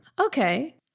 okay